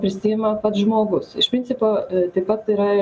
prisiima pats žmogus iš principo taip pat yra